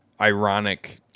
ironic